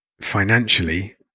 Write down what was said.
financially